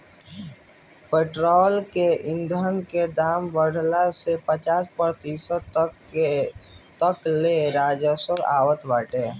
petrol ईधन के दाम बढ़ला से पचास प्रतिशत तक ले राजस्व आवत हवे